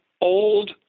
old